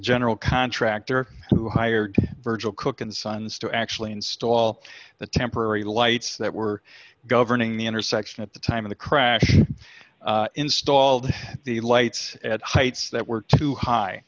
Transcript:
general contractor who hired virgil cooke and sons to actually install the temporary lights that were governing the intersection at the time of the crash installed the lights at heights that were too high